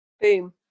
boom